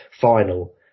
final